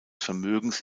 vermögens